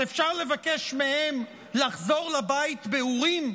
אז אפשר לבקש מהם לחזור לבית באורים?